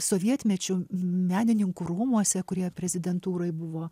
sovietmečiu menininkų rūmuose kurie prezidentūroj buvo